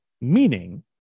meaning